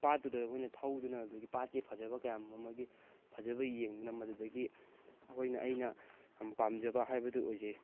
ꯄꯥꯠꯇꯨꯗ ꯑꯩꯈꯣꯏꯅ ꯊꯧꯗꯨꯅ ꯑꯗꯒꯤ ꯄꯥꯠꯀꯤ ꯐꯖꯕ ꯀꯌꯥ ꯃꯔꯨꯝ ꯃꯥꯒꯤ ꯐꯖꯕ ꯌꯦꯡꯗꯨꯅ ꯃꯗꯨꯗꯒꯤ ꯑꯩꯈꯣꯏꯅ ꯑꯩꯅ ꯌꯥꯝ ꯄꯥꯝꯖꯕ ꯍꯥꯏꯕꯗꯨ ꯑꯣꯏꯖꯩ